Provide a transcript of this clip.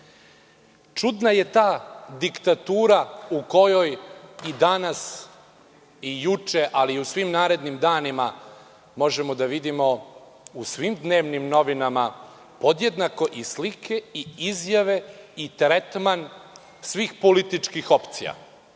Čudna je ta diktatura u kojoj i danas i juče ali i u svim narednim danima možemo da vidimo u svim dnevnim novinama podjednako i slike i izjave i tretman svih političkih opcija.